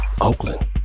Oakland